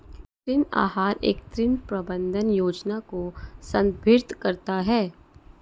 ऋण आहार एक ऋण प्रबंधन योजना को संदर्भित करता है